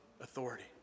authority